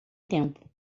tempo